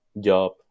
job